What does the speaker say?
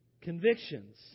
convictions